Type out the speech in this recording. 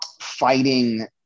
fighting